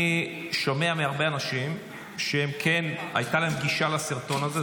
אני שומע מהרבה אנשים שכן הייתה להם גישה לסרטון הזה.